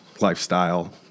lifestyle